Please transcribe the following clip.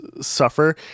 suffer